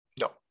No